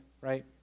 Right